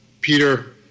Peter